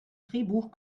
drehbuch